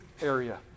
area